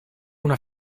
una